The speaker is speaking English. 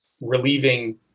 relieving